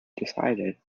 decided